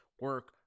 Work